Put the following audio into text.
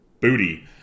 booty